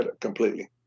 completely